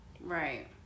Right